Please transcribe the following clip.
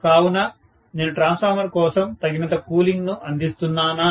కావున నేను ట్రాన్స్ఫార్మర్ కోసం తగినంత కూలింగ్ ను అందిస్తున్నానా